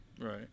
Right